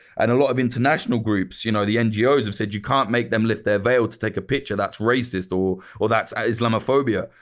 and a lot of international groups, you know the ngos, have said you can't make them lift their veil to take a picture. that's racist, or or that's ah islamophobia.